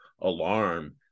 alarm